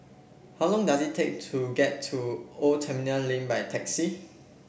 how long does it take to get to Old Terminal Lane by taxi